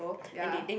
ya